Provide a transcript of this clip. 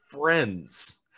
Friends